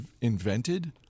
invented